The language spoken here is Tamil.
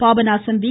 பாபநாசம் வீ